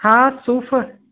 हा सूफ़